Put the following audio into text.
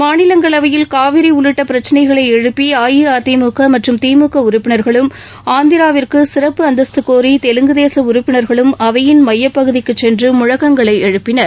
மாநிலங்களவையில் காவிரி உள்ளிட்ட பிரச்சினைகளை எழுப்பி அஇஅதிமுக மற்றும் திமுக உறுப்பினா்களும் ஆந்திராவிற்கு சிறப்பு அந்தஸ்து கோரி தெலுங்கு தேசம் உறுப்பினா்களும் அவையின் மையப்பகுதிக்குச் சென்று முழக்கங்களை எழுப்பினர்